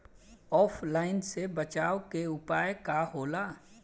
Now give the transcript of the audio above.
ऑफलाइनसे बचाव के उपाय का होला?